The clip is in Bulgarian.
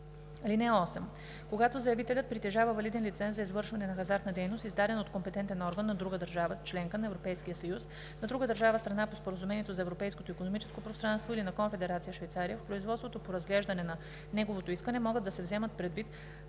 (8) Когато заявителят притежава валиден лиценз за извършване на хазартна дейност, издаден от компетентен орган на друга държава – членка на Европейския съюз, на друга държава – страна по Споразумението за Европейското икономическо пространство, или на Конфедерация Швейцария, в производството по разглеждане на неговото искане могат да се вземат предвид